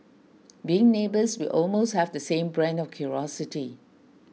being neighbours we almost have the same brand of curiosity